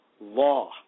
law